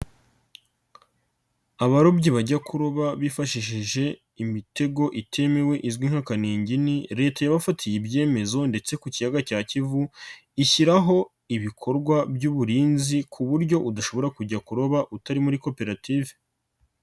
Abarobyi bajya kuroba bifashishije imitego itemewe izwi nka kaningini leta yabafatiye ibyemezo ndetse ku kiyaga cya kivu ishyiraho ibikorwa by'uburinzi ku buryo udashobora kujya kuroba utari muri koperative.